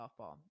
softball